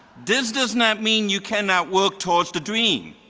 this does not mean you can not work towards the dream.